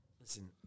Listen